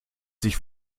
sich